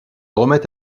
remettent